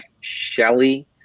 Shelley